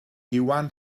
iwan